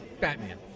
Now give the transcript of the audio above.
Batman